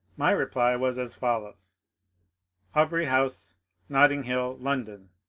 my reply was as follows a aubret housk, nottdfo hill, londok,